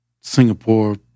Singapore